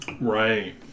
Right